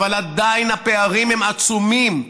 אבל עדיין הפערים הם עצומים,